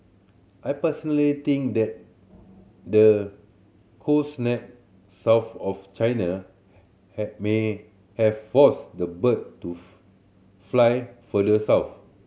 I personally think that the cold snap south of China may have forced the bird to fly further south